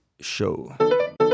show